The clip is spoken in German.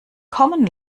kommen